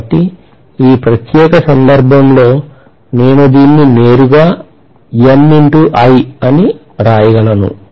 కాబట్టి ఈ ప్రత్యేక సందర్భంలో నేను దీన్ని నేరుగా NI అని వ్రాయగలను